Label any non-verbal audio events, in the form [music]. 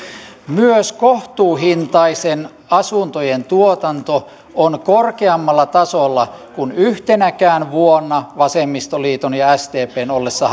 myös kohtuuhintaisten asuntojen tuotanto on korkeammalla tasolla kuin yhtenäkään vuonna vasemmistoliiton ja sdpn ollessa [unintelligible]